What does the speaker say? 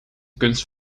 kunst